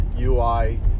UI